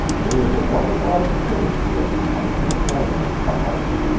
there is a wonderful opportunity just now for a corner in fowls.